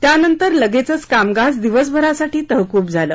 त्यानंतर लगेचच कामकाज दिवसभरासाठी तहकूब झालं